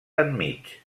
enmig